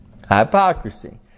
Hypocrisy